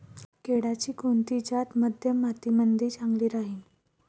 केळाची कोनची जात मध्यम मातीमंदी चांगली राहिन?